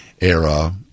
era